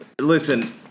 Listen